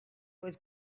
was